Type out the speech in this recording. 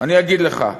אני אגיד לך.